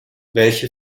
welche